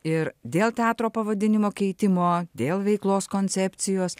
ir dėl teatro pavadinimo keitimo dėl veiklos koncepcijos